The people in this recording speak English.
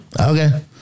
Okay